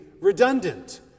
Redundant